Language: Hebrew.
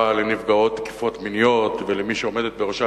לנפגעות תקיפות מיניות ולמי שעומדת בראשו,